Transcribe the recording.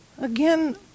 Again